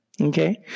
Okay